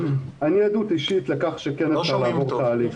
אני עדות אישית לכך שכן אפשר לעבור תהליך.